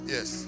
Yes